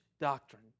doctrine